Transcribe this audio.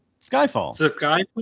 Skyfall